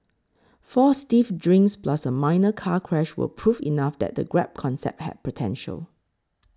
four stiff drinks plus a minor car crash were proof enough that the Grab concept had potential